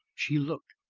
she looked.